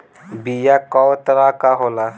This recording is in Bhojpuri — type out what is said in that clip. बीया कव तरह क होला?